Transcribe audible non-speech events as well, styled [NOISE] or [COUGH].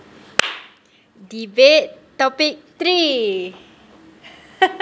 debate topic three [LAUGHS]